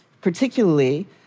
particularly